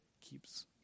keeps